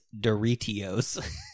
Doritos